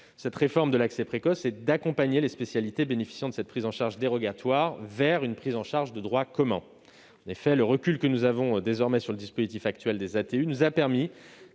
cette réforme est d'accompagner les spécialités bénéficiant d'une prise en charge dérogatoire vers une prise en charge de droit commun. En effet, le recul que nous avons désormais sur le dispositif actuel des ATU nous a permis